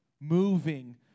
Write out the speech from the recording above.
Moving